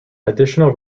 additional